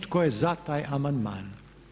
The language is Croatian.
Tko je za taj amandman?